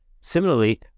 Similarly